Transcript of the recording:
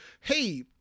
hey